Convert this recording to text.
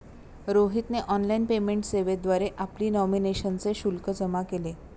रोहितने online payment सेवेद्वारे आपली नॉमिनेशनचे शुल्क जमा केले